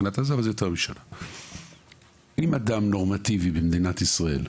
אם אדם נורמטיבי במדינת ישראל,